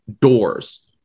doors